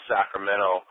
Sacramento